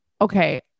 Okay